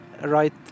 right